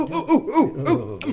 yeah oo!